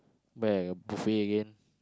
where a buffet again